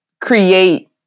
create